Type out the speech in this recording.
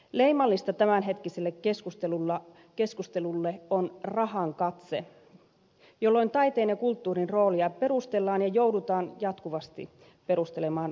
leimallista tämänhetkiselle keskustelulle on rahan katse jolloin taiteen ja kulttuurin roolia perustellaan ja joudutaan jatkuvasti perustelemaan rahalla